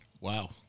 Wow